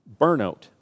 burnout